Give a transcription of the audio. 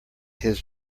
his